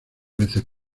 veces